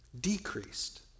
decreased